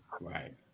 Right